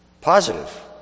Positive